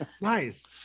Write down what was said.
nice